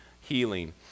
healing